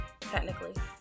technically